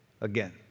again